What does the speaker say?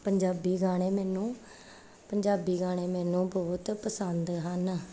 ਪੰਜਾਬੀ ਗਾਣੇ ਮੈਨੂੰ ਪੰਜਾਬੀ ਗਾਣੇ ਮੈਨੂੰ ਬਹੁਤ ਪਸੰਦ ਹਨ